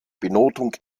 benotung